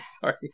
Sorry